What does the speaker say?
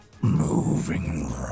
Moving